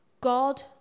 God